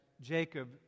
Jacob